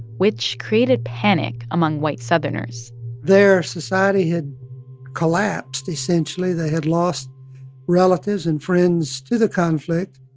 which created panic among white southerners their society had collapsed, essentially. they had lost relatives and friends to the conflict,